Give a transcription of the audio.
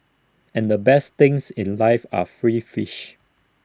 and the best things in life are free fish